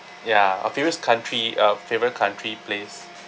ya a previous country uh favourite country place